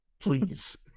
please